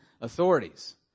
authorities